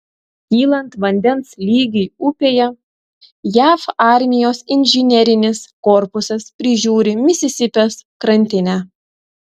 kylant vandens lygiui upėje jav armijos inžinerinis korpusas prižiūri misisipės krantinę